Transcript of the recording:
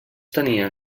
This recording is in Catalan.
tenia